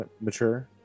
mature